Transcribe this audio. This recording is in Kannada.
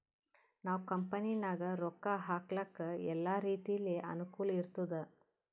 ನಾವ್ ಕಂಪನಿನಾಗ್ ರೊಕ್ಕಾ ಹಾಕ್ಲಕ್ ಎಲ್ಲಾ ರೀತಿಲೆ ಅನುಕೂಲ್ ಇರ್ತುದ್